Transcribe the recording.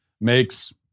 makes